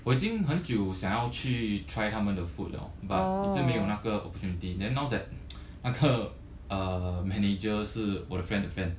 我已经很久想要去 try 他们的 food liao but 一直没有那个 opportunity then now that 那个 manager 是我的 friend 的 friend